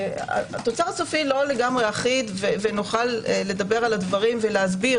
הוא לא לגמרי אחיד ונוכל לדבר על הדברים ולהסביר